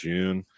June